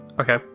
Okay